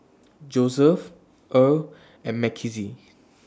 Joeseph Earl and Mckenzie